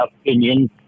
opinion